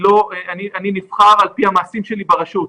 אני נבחר על פי המעשים שלי ברשות.